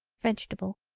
vegetable.